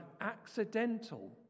accidental